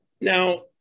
Now